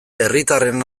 herritarren